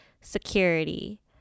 security